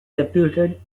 reputed